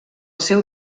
seu